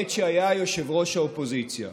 בעת שהיה יושב-ראש האופוזיציה.